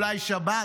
אולי שבת?